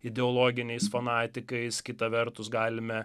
ideologiniais fanatikais kita vertus galime